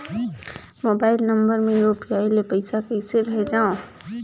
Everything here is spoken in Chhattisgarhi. मोबाइल नम्बर मे यू.पी.आई ले पइसा कइसे भेजवं?